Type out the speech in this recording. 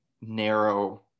narrow